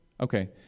Okay